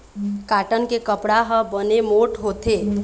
cotton के कपड़ा ह बने मोठ्ठ होथे